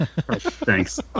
Thanks